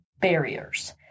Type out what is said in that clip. barriers